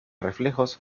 reflejos